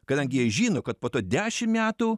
kadangi jie žino kad po to dešim metų